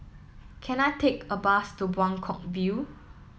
can I take a bus to Buangkok View